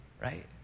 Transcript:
right